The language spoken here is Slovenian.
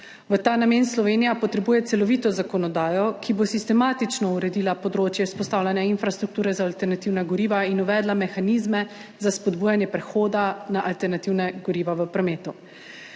V ta namen Slovenija potrebuje celovito zakonodajo, ki bo sistematično uredila področje vzpostavljanja infrastrukture za alternativna goriva in uvedla mehanizme za spodbujanje prehoda na alternativna goriva v prometu.